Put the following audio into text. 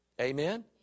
Amen